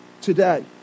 today